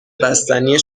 بستنی